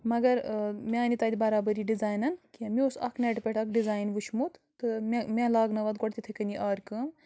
مگر مےٚ آے نہٕ تَتہِ بَرابٔری ڈِزاینَن کیٚنٛہہ مےٚ اوس اَکھ نٮ۪ٹ پٮ۪ٹھ اَکھ ڈِزاین وٕچھمُت تہٕ مےٚ مےٚ لاگنٲو اَتھ گۄڈٕ تِتھَے کٔنی آرِ کٲم